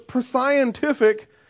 scientific